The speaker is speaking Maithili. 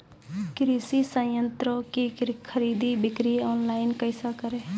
कृषि संयंत्रों की खरीद बिक्री ऑनलाइन कैसे करे?